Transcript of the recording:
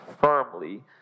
firmly